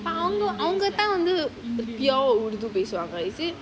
அவங்க தான்:avanga thaan pure urdu பேசுவாங்க:pesuvaanga is it